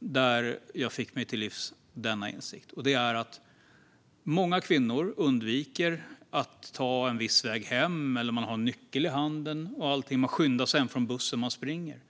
som jag fick mig denna insikt till livs, nämligen att många kvinnor undviker att ta en viss väg hem. Man har en nyckel i handen. Man skyndar sig och springer hem från bussen.